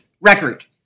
record